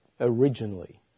originally